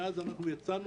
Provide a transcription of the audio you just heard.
מאז יצאנו